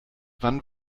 wann